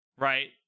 Right